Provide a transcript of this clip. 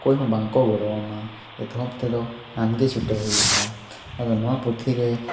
ᱚᱠᱚᱭ ᱦᱚᱸ ᱵᱟᱝᱠᱚ ᱜᱚᱲᱚᱣᱟᱢᱟ ᱮᱛᱚᱦᱚᱵ ᱛᱮᱫᱚ ᱟᱢᱜᱮ ᱪᱷᱩᱴᱟᱹᱣ ᱦᱩᱭᱩᱜᱼᱟ ᱟᱫᱚ ᱱᱚᱣᱟ ᱯᱩᱛᱷᱤᱨᱮ